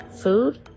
food